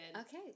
Okay